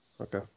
Okay